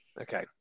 Okay